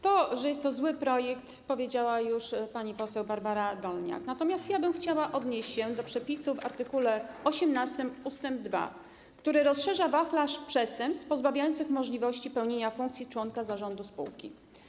To, że jest to zły projekt, powiedziała już pani poseł Barbara Dolniak, natomiast chciałabym odnieść się do przepisu art. 18 ust. 2, który rozszerza wachlarz przestępstw pozbawiających możliwości pełnienia funkcji członka zarządu spółki.